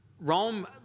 Rome